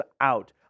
out